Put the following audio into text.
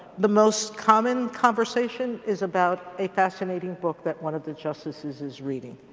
the most common conversation is about a fascinating book that one of the justices is reading.